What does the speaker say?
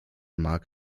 mark